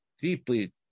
deeply